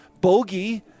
bogey